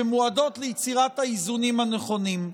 שמיועדות ליצירת האיזונים הנכונים.